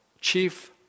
Chief